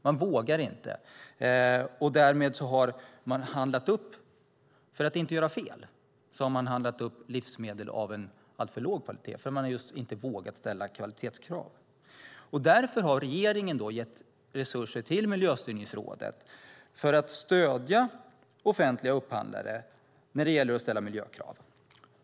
Man vågar inte. För att inte göra fel har man därmed handlat upp livsmedel av en alltför låg kvalitet. Man har inte vågat ställa kvalitetskrav. Därför har regeringen gett resurser till Miljöstyrningsrådet för att stödja offentliga upphandlare när det gäller att ställa miljökrav.